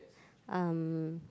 um